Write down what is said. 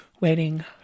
waiting